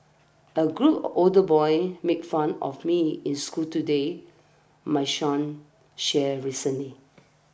a group older boys made fun of me in school today my son shared recently